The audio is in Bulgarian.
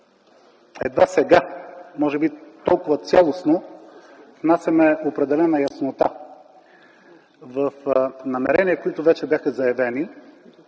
едва сега може би толкова цялостно внасяме определена яснота в намерения, които вече бяха заявени,